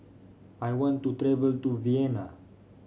I want to travel to Vienna